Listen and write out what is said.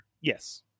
yes